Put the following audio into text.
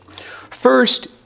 First